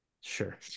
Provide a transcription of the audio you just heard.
Sure